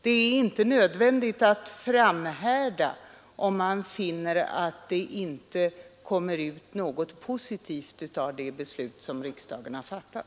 Det är inte nödvändigt att framhärda, om man finner att det inte kommer ut något positivt av det beslut som riksdagen har fattat.